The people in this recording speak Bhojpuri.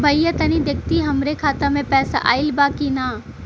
भईया तनि देखती हमरे खाता मे पैसा आईल बा की ना?